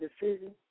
decision